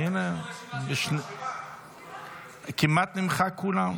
הינה, כמעט נמחק כולו.